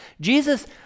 jesus